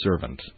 servant